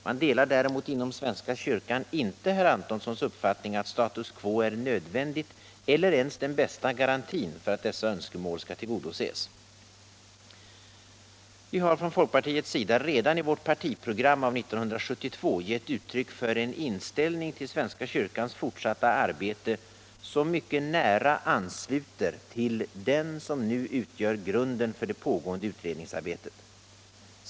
Man delar däremot inom svenska kyrkan inte herr Antonssons uppfattning att status quo är nödvändigt eller ens den bästa garantin för att dessa önskemål skall tillgodoses. Vi har från folkpartiets sida redan i vårt partiprogram av 1972 gett uttryck för en inställning till svenska kyrkans fortsatta arbete som mycket nära ansluter till den som nu utgör grunden för det pågående utredningsarbetet.